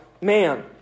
man